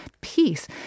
Peace